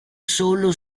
solo